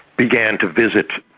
began to visit.